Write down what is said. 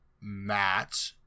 Matt